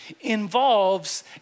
involves